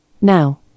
Now